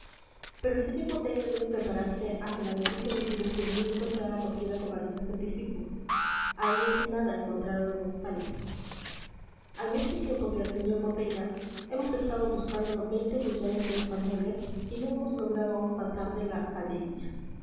pero el sr botella debe prepararse a que la noticia de su descubrimiento sea acogida con algún escepticismo ahí es nada encontrar oro en españa al mismo tiempo que el sr botella hemos estado buscándolo veinte millones de españoles y no hemos logrado aún pasar de la calderilla